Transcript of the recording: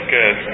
Good